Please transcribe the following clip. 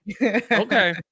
Okay